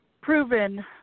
proven